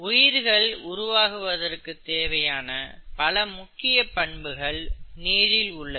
உயிர்கள் உருவாகுவதற்கு தேவையான பல முக்கிய பண்புகள் நீரில் உள்ளது